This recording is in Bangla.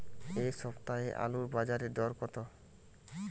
এ সপ্তাহে আলুর বাজারে দর কত?